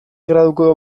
graduko